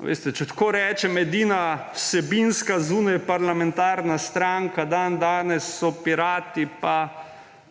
Če tako rečem, edina vsebinska zunajparlamentarna stranka dandanes so Pirati, pa